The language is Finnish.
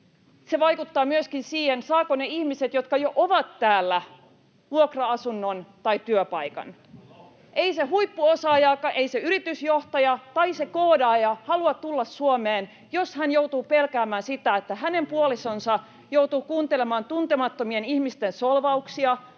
Se vaikuttaa myöskin siihen, saavatko ne ihmiset, jotka jo ovat täällä, vuokra-asunnon tai työpaikan. Ei se huippuosaajakaan, yritysjohtaja tai koodaaja halua tulla Suomeen, jos hän joutuu pelkäämään sitä, että hänen puolisonsa joutuu kuuntelemaan tuntemattomien ihmisten solvauksia